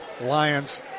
lions